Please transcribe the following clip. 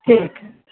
ठीक हए